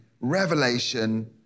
revelation